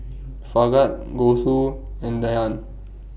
Bhagat Gouthu and Dhyan